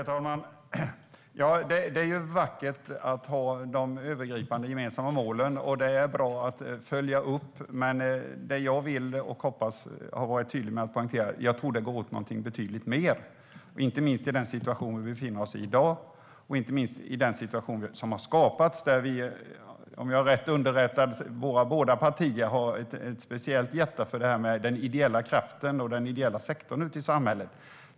Herr talman! Det är vackert att ha de övergripande gemensamma målen. Det är bra att följa upp, men jag hoppas att jag var tydlig när jag poängterade att jag tror att det går åt betydligt mer, inte minst i den situation som har skapats och som vi i dag befinner oss i. Om jag är rätt underrättad har båda våra partier ett hjärta som klappar speciellt för den ideella kraften och den ideella sektorn ute i samhället.